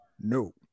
no